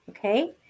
Okay